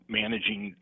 managing